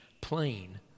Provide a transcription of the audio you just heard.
plain